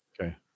okay